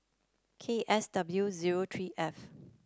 K S W zero three F